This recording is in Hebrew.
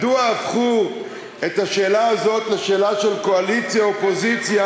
מדוע הפכו את השאלה הזאת לשאלה של קואליציה אופוזיציה,